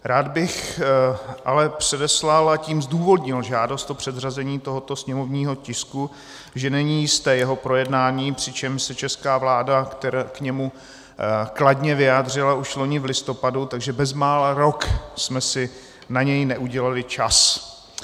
Rád bych ale předeslal, a tím zdůvodnil žádost o předřazení tohoto sněmovního tisku, že není jisté jeho projednání, přičemž se česká vláda k němu kladně vyjádřila už loni v listopadu, takže bezmála rok jsme si na něj neudělali čas.